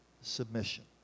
Submission